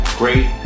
Great